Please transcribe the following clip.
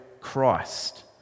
Christ